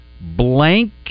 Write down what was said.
blank